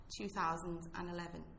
2011